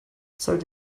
zahlt